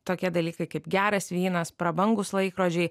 tokie dalykai kaip geras vynas prabangūs laikrodžiai